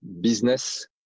business